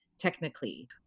technically